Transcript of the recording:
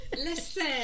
listen